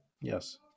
Yes